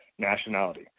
nationality